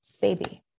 baby